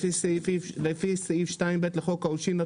לפי סעיף 2(ב) לחוק העונשין,